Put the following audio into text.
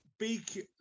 Big